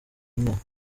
inka